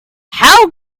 how